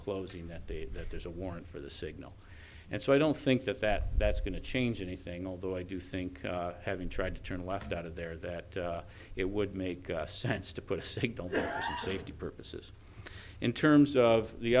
closing that they that there's a warrant for the signal and so i don't think that that that's going to change anything although i do think having tried to turn left out of there that it would make sense to put safety purposes in terms of the